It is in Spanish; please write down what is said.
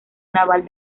naval